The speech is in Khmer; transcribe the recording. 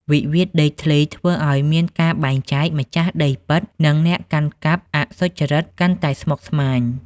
វិវាទដីធ្លីធ្វើឱ្យមានការបែងចែក "ម្ចាស់ដីពិត" និង "អ្នកកាន់កាប់អសុទ្ធចិត្ត" កាន់តែស្មុគស្មាញ។